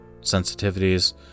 sensitivities